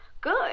good